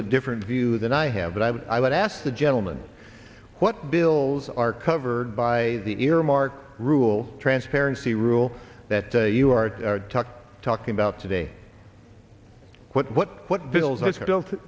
bit different view than i have but i would ask the gentleman what bills are covered by the earmark rule transparency rule that you are talking about today what what what bills are built